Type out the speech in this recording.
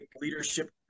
leadership